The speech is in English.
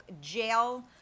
jail